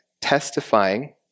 testifying